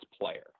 player